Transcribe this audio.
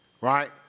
right